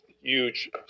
huge